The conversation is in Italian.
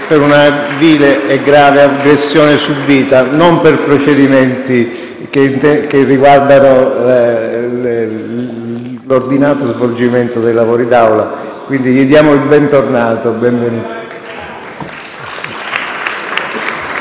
per una vile e grave aggressione subita e non per procedimenti che riguardano l'ordinato svolgimento dei lavori d'Assemblea. Gli diamo il bentornato.